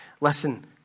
listen